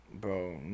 Bro